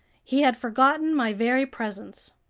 he had forgotten my very presence.